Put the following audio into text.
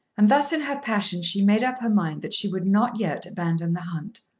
and thus in her passion she made up her mind that she would not yet abandon the hunt.